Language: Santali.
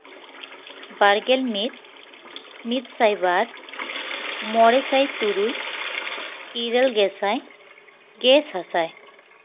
ᱵᱟᱨ ᱜᱮᱞ ᱢᱤᱫ ᱢᱤᱫ ᱥᱟᱭ ᱵᱟᱨ ᱢᱚᱬᱮ ᱥᱟᱭ ᱛᱩᱨᱩᱭ ᱤᱨᱟᱹᱞ ᱜᱮᱥᱟᱭ ᱜᱮ ᱥᱟᱥᱟᱭ